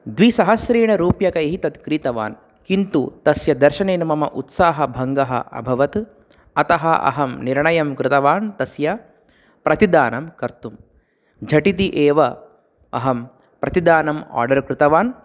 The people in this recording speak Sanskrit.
द्विसहस्रेण रूप्यकैः तत् क्रीतवान् किन्तु तस्य दर्शनेन मम उत्साहभङ्गः अभवत् अतः अहं निर्णयं कृतवान् तस्य प्रतिदानं कर्तुं झटिति एव अहं प्रतिदानम् आर्डर् कृतवान्